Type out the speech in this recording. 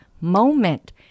moment